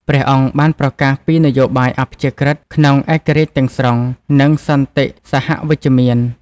ព្រះអង្គបានប្រកាសពីនយោបាយអព្យាក្រឹតក្នុងឯករាជ្យទាំងស្រុង និងសន្តិសហវិជ្ជមាន។